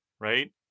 right